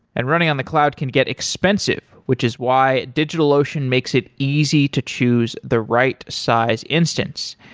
and running on the cloud can get expensive, which is why digitalocean makes it easy to choose the right size instance.